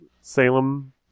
Salem